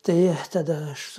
tai tada aš